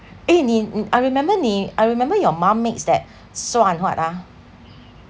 eh ne mm I remember ne I remember your mum makes that so and what ah